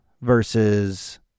versus